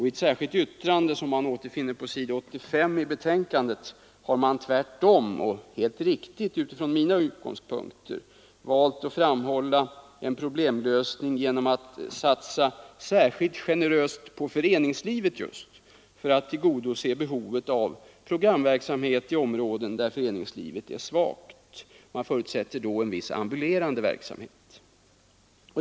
I ett särskilt yttrande, som återfinns på s. 85 i betänkandet, har de tvärtom — och helt riktigt utifrån mina utgångspunkter — valt att framhålla en problemlösning genom att satsa särskilt generöst på just föreningslivet för att tillgodose behovet av programverksamhet i områden där föreningslivet är svagt. Man förutsätter då en viss ambulerande verksamhet.